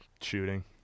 shooting